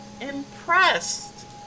impressed